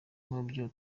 mubyo